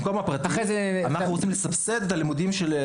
במקום הפרטי, אנחנו רוצים לסבסד את הלימודים.